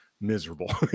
miserable